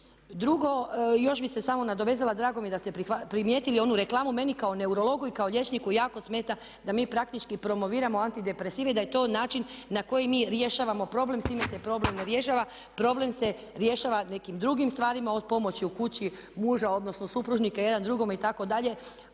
Drugo, još bih se samo nadovezala, drago mi je da ste primijetili onu reklamu. Meni kao neurologu i kao liječniku jako smeta da mi praktički promoviramo antidepresive i da je to način na koji mi rješavamo problem. S time se problem ne rješava, problem se rješava nekim drugim stvarima, od pomoći u kući muža odnosno supružnika jedan drugome itd.,